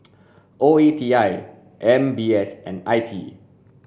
O E T I M B S and I P